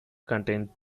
contained